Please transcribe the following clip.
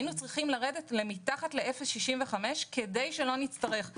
היינו צריכים לרדת מתחת ל-0.65% כדי שלא נצטרך.